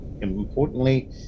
importantly